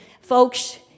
Folks